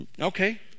okay